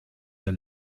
der